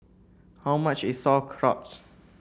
how much is Sauerkraut